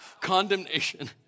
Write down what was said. condemnation